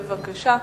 בבקשה.